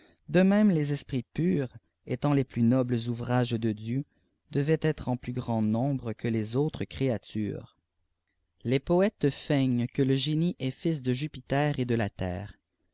de même les esprits purs étant lès plus nobles ouvrages de dieu devaient être en plus grand nombre que les autres créatures les poëtes q e g est fils dé juiter et de la terre